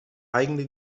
eigene